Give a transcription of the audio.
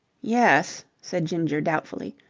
yes, said ginger doubtfully.